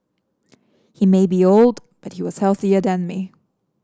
he may be old but he was healthier than me